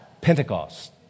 Pentecost